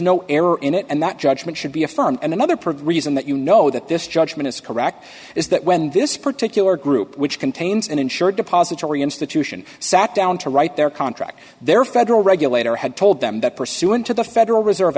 error in it and that judgment should be a fun and another pretty reason that you know that this judgment is correct is that when this particular group which can chains and ensure depository institution sat down to write their contract their federal regulator had told them that pursuant to the federal reserve